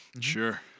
Sure